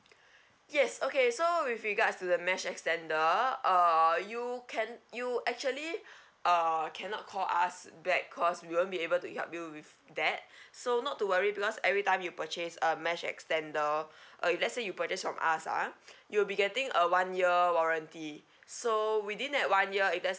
yes okay so with regards to the mesh extender uh you can you actually uh cannot call us back cause we won't be able to help you with that so not to worry because every time you purchase a mesh extender okay let's say you purchase from us ah you'll be getting a one year warranty so within that one year if let's